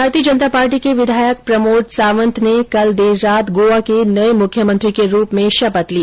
भारतीय जनता पार्टी के विधायक प्रमोद सावंत ने कल देर रात गोवा के नये मुख्यमंत्री के रूप में शपथ ली